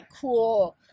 cool